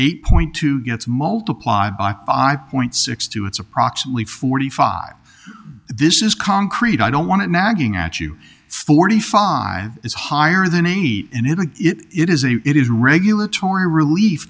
eight point two gets multiplied by five point six two it's approximately forty five this is concrete i don't want it nagging at you forty five is higher than any and it would it is a it is regulatory relief